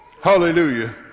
Hallelujah